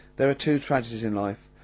there are two tragedies in life,